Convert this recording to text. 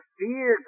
fear